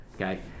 okay